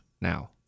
now